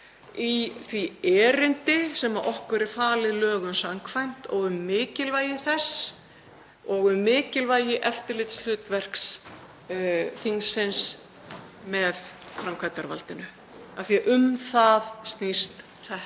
í því erindi sem okkur er falið lögum samkvæmt og um mikilvægi þess og mikilvægi eftirlitshlutverks þingsins með framkvæmdarvaldinu, en um það snýst þetta